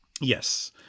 Yes